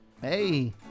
hey